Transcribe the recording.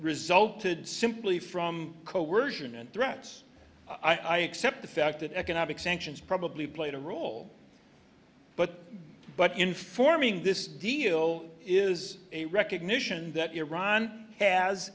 resulted simply from coercion and threats i accept the fact that economic sanctions probably played a role but but in forming this deal is a recognition that iran has